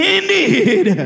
Indeed